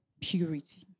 purity